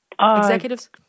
Executives